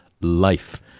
life